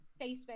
Facebook